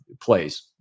plays